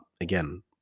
again